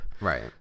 right